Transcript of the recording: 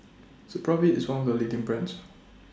Supravit IS one of The leading brands